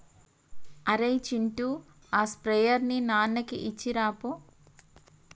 అరేయ్ చింటూ ఆ స్ప్రేయర్ ని నాన్నకి ఇచ్చిరాపో